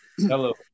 Hello